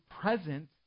present